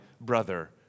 brother